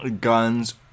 guns